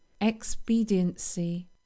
expediency